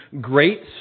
great